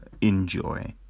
enjoy